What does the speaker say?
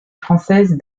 française